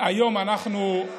היום אנחנו,